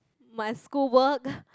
my school work